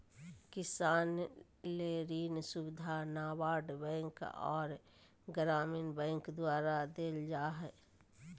किसान ले ऋण सुविधा नाबार्ड बैंक आर ग्रामीण बैंक द्वारा देल जा हय